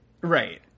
Right